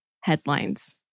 headlines